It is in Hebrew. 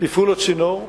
תפעול הצינור,